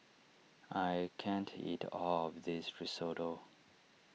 I can't eat all of this Risotto